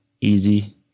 easy